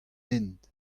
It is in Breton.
hent